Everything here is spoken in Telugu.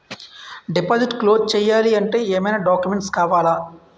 డిపాజిట్ క్లోజ్ చేయాలి అంటే ఏమైనా డాక్యుమెంట్స్ కావాలా?